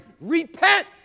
repent